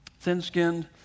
thin-skinned